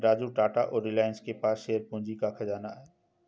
राजू टाटा और रिलायंस के पास शेयर पूंजी का खजाना है